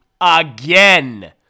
again